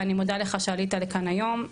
ואני מודה לך שעלית לכאן היום.